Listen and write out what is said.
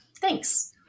Thanks